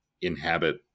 inhabit